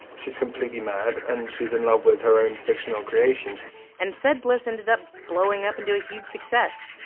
she's completely mad. and she's in love with her own fictional creation and said bliss ended up blowing up and do a huge success.